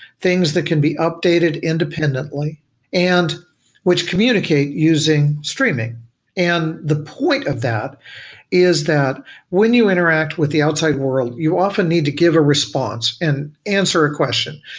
things that can be updated independently and which communicate using streaming and the point of that is that when you interact with the outside world, you often need to give a response and answer a question,